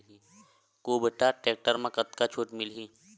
कुबटा टेक्टर म कतका छूट मिलही?